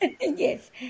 Yes